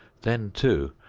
then too,